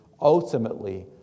ultimately